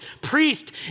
priest